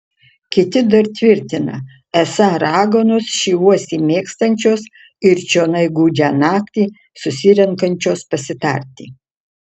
kiti dar tvirtina esą raganos šį uosį mėgstančios ir čionai gūdžią naktį susirenkančios pasitarti